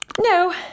No